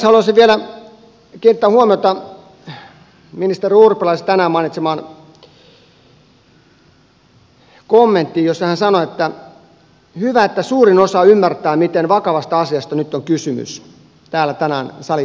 haluaisin vielä kiinnittää huomiota ministeri urpilaisen tänään mainitsemaan kommenttiin jossa hän sanoi että hyvä että suurin osa ymmärtää miten vakavasta asiasta nyt on kysymys täällä tänään salikeskustelussa